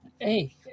Hey